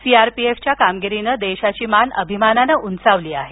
सीआरपीएफच्या कामगिरीने देशाची मान भिमानाने उंचावली आहे